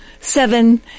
seven